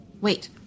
Wait